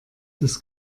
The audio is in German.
das